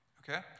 okay